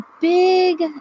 big